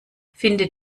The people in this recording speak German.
finde